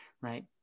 Right